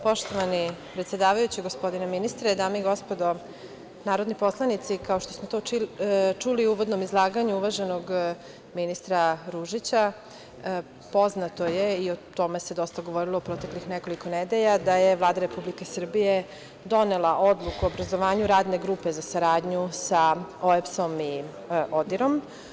Poštovani predsedavajući, gospodine ministre, dame i gospodo narodni poslanici, kao što smo to čuli u uvodnom izlaganju uvaženog ministra Ružića, poznato je i o tome se dosta govorilo u proteklih nekoliko nedelja da je Vlada Republike Srbije donela odluku o obrazovanju Radne grupe za saradnju sa OEBS-om i ODIR-om.